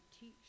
teach